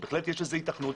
בהחלט יש לזה היתכנות.